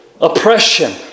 oppression